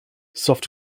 soft